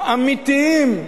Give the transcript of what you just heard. האמיתיים,